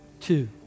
two